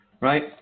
Right